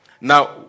Now